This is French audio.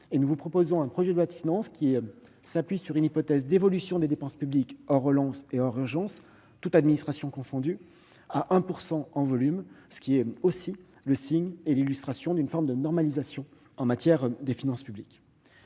nous vous proposons un projet de loi de finances qui s'appuie sur une hypothèse d'évolution des dépenses publiques hors relance et hors urgence, toutes administrations confondues, à 1 % en volume, ce qui est aussi le signe et l'illustration d'une forme de normalisation en matière de finances publiques.